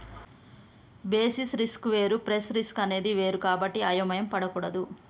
basis risk వేరు price risk అనేది వేరు కాబట్టి అయోమయం పడకూడదు